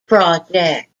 project